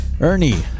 Ernie